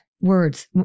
words